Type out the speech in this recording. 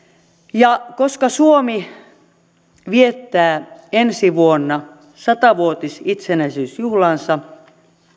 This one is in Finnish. ja koska suomi viettää ensi vuonna sata vuotisitsenäisyysjuhlaansa